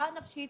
נפשית,